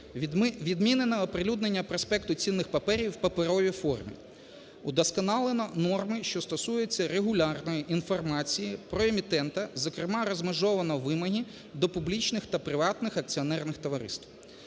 Відмінено оприлюднення проспекту цінних паперів в паперовій формі. Вдосконалено норми, що стосуються регулярної інформації про емітента, зокрема розмежовано в імені до публічних та приватних акціонерних товариств.